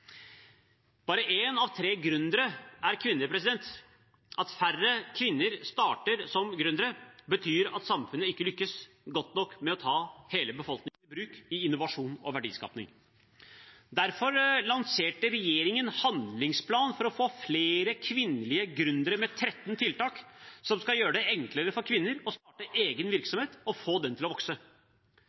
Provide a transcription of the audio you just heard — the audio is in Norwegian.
Bare en av tre gründere er kvinner. At færre kvinner starter som gründere betyr at samfunnet ikke lykkes godt nok med å ta hele befolkningen i bruk i innovasjon og verdiskaping. Derfor lanserte regjeringen en handlingsplan for å få flere kvinnelige gründere, med 13 tiltak som skal gjøre det enklere for kvinner å starte egen virksomhet og få den til å vokse.